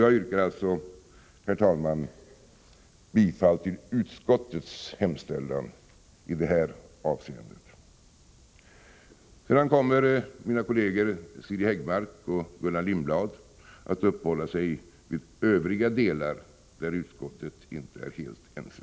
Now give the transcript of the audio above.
Jag yrkar alltså, herr talman, bifall till utskottets hemställan i detta avseende. Mina kolleger Siri Häggmark och Gullan Lindblad kommer att uppehålla sig vid övriga delar där utskottet inte är helt ense.